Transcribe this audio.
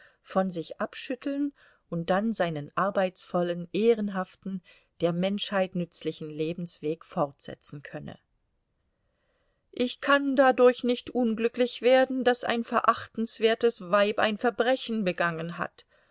von sich abschütteln und dann seinen arbeitsvollen ehrenhaften der menschheit nützlichen lebensweg fortsetzen könne ich kann dadurch nicht unglücklich werden daß ein verachtenswertes weib ein verbrechen begangen hat